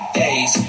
days